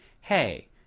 hey